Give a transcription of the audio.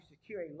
secure